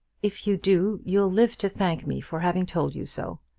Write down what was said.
if you do, you'll live to thank me for having told you so.